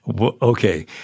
Okay